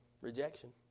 rejection